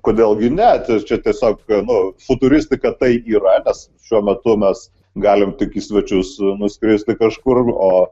kodėl gi ne čia tiesiog nu futuristika tai yra nes šiuo metu mes galim tik į svečius su nuskristi kažkur o